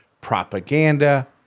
propaganda